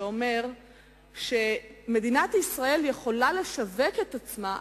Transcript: שאומר שמדינת ישראל יכולה לשווק את עצמה,